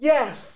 Yes